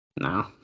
No